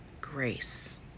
grace